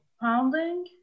pounding